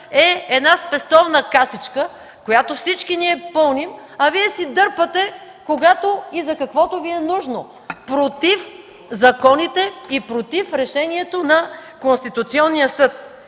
е една спестовна касичка, която всички ние пълним, а Вие си дърпате когато и за каквото Ви е нужно, против законите и против Решението на Конституционния съд.